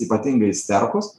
ypatingai sterkus